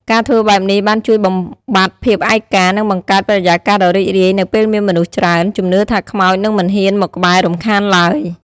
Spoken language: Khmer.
ការធ្វើបែបនេះបានជួយបំបាត់ភាពឯកា និងបង្កើតបរិយាកាសដ៏រីករាយនៅពេលមានមនុស្សច្រើន ជំនឿថាខ្មោចនឹងមិនហ៊ានមកក្បែររំខានឡើយ ។